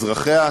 אזרחיה,